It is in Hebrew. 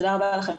תודה רבה לכם.